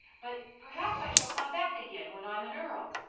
but perhaps i shall come back again when i'm an earl.